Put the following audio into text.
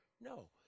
No